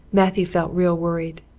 matthew felt real worried.